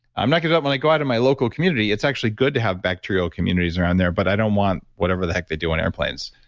um knock it out when i go out to my local community, it's actually good to have bacterial communities around there but i don't want whatever the heck they do on airplanes.